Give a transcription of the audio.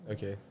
Okay